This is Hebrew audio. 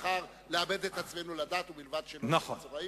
נבחר לאבד את עצמנו לדעת ובלבד שלא נהיה מצורעים?